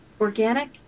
Organic